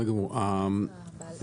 גלעד